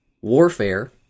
Warfare